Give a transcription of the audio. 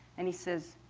and he says,